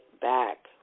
back